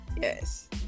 yes